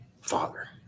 father